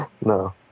No